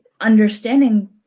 understanding